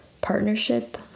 partnership